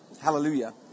Hallelujah